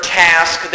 task